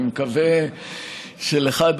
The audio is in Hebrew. אני מקווה שלך,